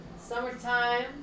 summertime